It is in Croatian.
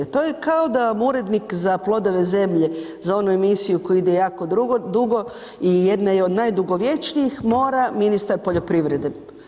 To je kao da vam urednik za Plodove zemlje, za onu emisiju koja ide jako dugo i jedna je od najdugovječnijih, mora ministar poljoprivrede.